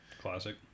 Classic